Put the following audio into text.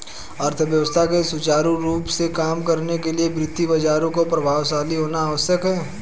अर्थव्यवस्था के सुचारू रूप से काम करने के लिए वित्तीय बाजारों का प्रभावशाली होना आवश्यक है